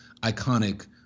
iconic